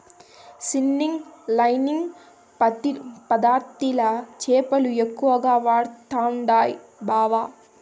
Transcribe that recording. seining lining పద్ధతిల చేపలు ఎక్కువగా పడుతండాయి బావ